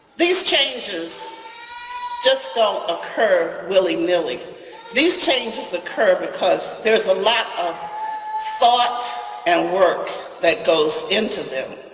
these changes just don't occur willy-nilly. these changes occur because there's a lot of thought and work that goes into them.